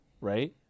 Right